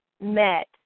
met